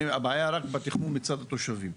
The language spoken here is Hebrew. והבעיה היא רק בתכנון מצד התושבים.